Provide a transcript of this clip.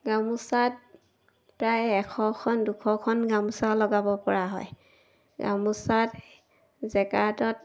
গামোচাত প্ৰায় এশখন দুশখন গামোচা লগাব পৰা হয় গামোচা জেগাৰ্তত